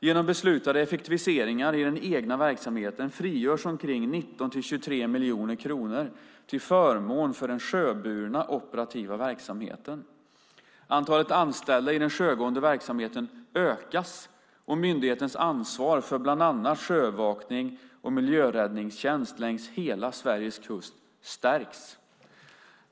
Genom beslutade effektiviseringar i den egna verksamheten frigörs omkring 19-23 miljoner kronor, till förmån för den sjöburna operativa verksamheten. Antalet anställda i den sjögående verksamheten ökas, och myndighetens ansvar för bland annat sjöövervakning och miljöräddningstjänst längs hela Sveriges kust stärks.